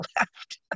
left